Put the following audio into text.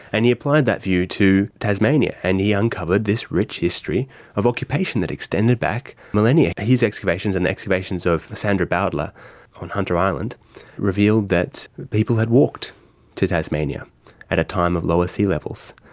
and he applied that view to tasmania and he uncovered this rich history of occupation that extended back millennia. his excavations and the excavations of sandra bowdler on hunter island revealed that people had walked to tasmania at a time of lower sea levels.